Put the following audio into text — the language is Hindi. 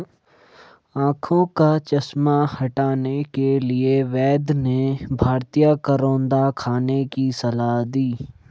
आंखों का चश्मा हटाने के लिए वैद्य ने भारतीय करौंदा खाने की सलाह दी